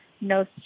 no